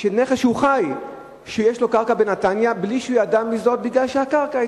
שהוא חי ויש לו קרקע בנתניה בלי שהוא ידע מזאת כי הקרקע,